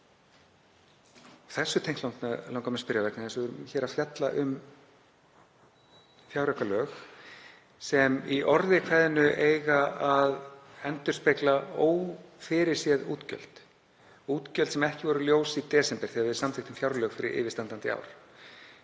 Þessu tengt langar mig spyrja, vegna þess að við erum hér að fjalla um fjáraukalög sem í orði kveðnu eiga að endurspegla ófyrirséð útgjöld sem ekki voru ljós í desember þegar við samþykktum fjárlög fyrir yfirstandandi ár.